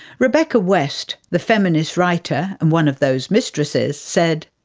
rebecca west, the feminist writer, and one of those mistresses, said,